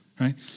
Right